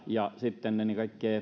ja sitten ennen kaikkea